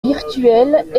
virtuelles